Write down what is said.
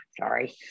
Sorry